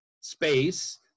space